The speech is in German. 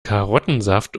karottensaft